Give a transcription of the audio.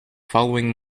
following